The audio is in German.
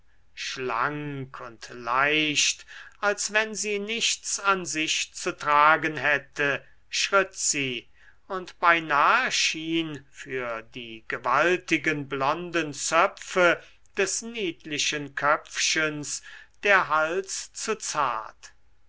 schlank und leicht als wenn sie nichts an sich zu tragen hätte schritt sie und beinahe schien für die gewaltigen blonden zöpfe des niedlichen köpfchens der hals zu zart